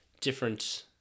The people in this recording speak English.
different